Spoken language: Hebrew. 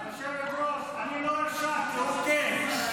היושבת-ראש, אני לא הורשעתי, הוא כן.